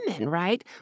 right